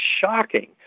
shocking